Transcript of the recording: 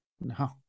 No